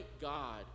God